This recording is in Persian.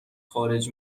خارج